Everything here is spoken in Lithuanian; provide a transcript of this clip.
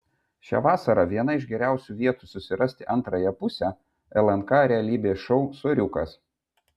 šią vasarą viena iš geriausių vietų susirasti antrąją pusę lnk realybės šou soriukas